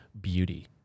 beauty